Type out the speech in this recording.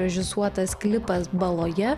režisuotas klipas baloje